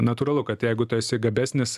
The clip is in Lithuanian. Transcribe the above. natūralu kad jeigu tu esi gabesnis